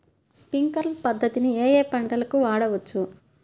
Sprinkler పద్ధతిని ఏ ఏ పంటలకు వాడవచ్చు?